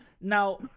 Now